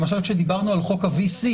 למשל כשדיברנו על חוק ה-VC,